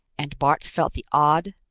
and bart felt the odd,